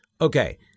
Okay